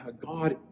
God